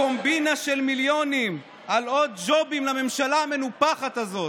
קומבינה של מיליונים על עוד ג'ובים לממשלה המנופחת הזאת".